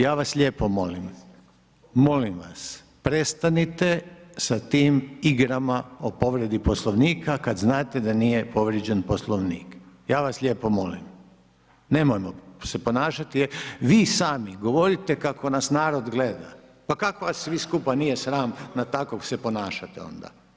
Ja vas lijepo molim, molim vas prestanite sa tim igrama o povredi Poslovnika kad znate da nije povrijeđen Poslovnik, ja vas lijepo molim, nemojmo se ponašati, vi sami govorite kako nas narod gleda, pa kako vas svi skupa sram tako se ponašati onda.